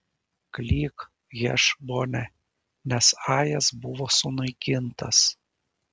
klyk hešbone nes ajas buvo sunaikintas